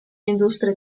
industrie